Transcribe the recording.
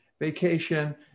vacation